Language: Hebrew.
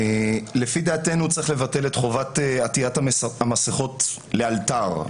לפי דעתנו צריך לבטל את חובת עטיית המסכות לאלתר.